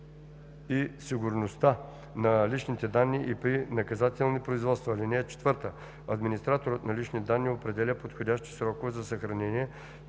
и сигурността на личните данни и при наказателни производства. (4) Администраторът на лични данни определя подходящи срокове за съхранение,